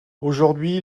aujourd’hui